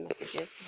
messages